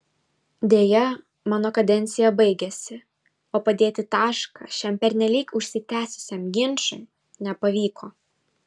deja mano kadencija baigėsi o padėti tašką šiam pernelyg užsitęsusiam ginčui nepavyko